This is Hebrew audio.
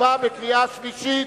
מוצבע בקריאה שלישית.